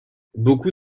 beaucoup